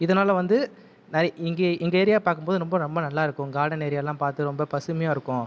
இதனால் வந்து நிறை இங்கே எங்கள் ஏரியா பார்க்கும்போது ரொம்ப ரொம்ப நல்லாயிருக்கும் கார்டன் ஏரியாயெல்லாம் பார்த்து ரொம்ப பசுமையாயிருக்கும்